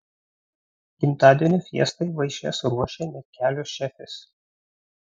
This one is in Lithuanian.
gimtadienio fiestai vaišes ruošė net kelios šefės